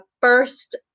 first